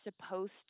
supposed